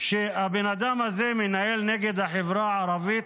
שהבן אדם הזה מנהל נגד החברה הערבית